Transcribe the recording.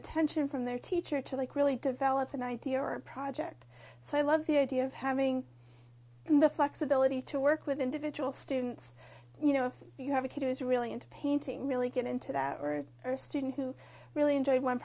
to tension from their teacher to really develop an idea or a project so i love the idea of having the flexibility to work with individual students you know if you have a kid who is really into painting really get into that or are student who really enjoy one